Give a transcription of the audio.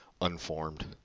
unformed